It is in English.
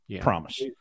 Promise